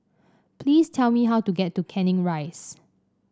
please tell me how to get to Canning Rise